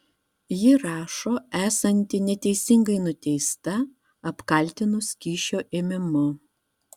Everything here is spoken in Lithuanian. ji rašo esanti neteisingai nuteista apkaltinus kyšio ėmimu